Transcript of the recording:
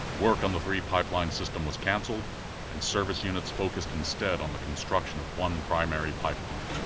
work on the three pipeline system was cancelled and service units focused instead on the construction of one primary pipeline.